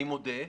אני מודה,